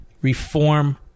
reform